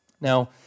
Now